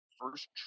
first